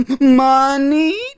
money